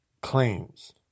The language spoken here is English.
claims